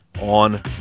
on